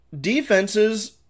defenses